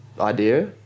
idea